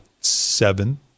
seven